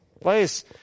place